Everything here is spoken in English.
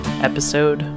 Episode